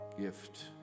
gift